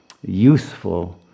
useful